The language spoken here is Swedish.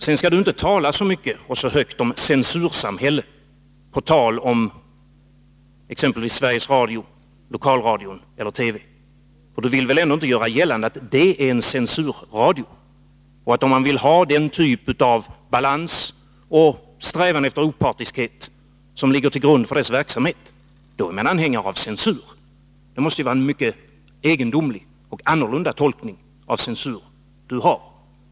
Sedan skall du inte tala så mycket och så högt om censursamhället på tal om exempelvis Sveriges Radio, lokalradion eller TV. Du vill väl ändå inte göra gällande att det är en censurradio och att man — om man vill ha den typen av balans och strävan efter opartiskhet som ligger till grund för dess verksamhet — är anhängare av censur? Det måste vara en mycket egendomlig och annorlunda tolkning av censurbegreppet som du gör.